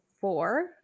four